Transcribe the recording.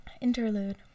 Interlude